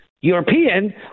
European